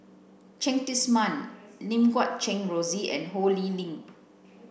Cheng Tsang Man Lim Guat Kheng Rosie and Ho Lee Ling